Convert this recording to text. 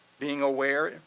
being aware,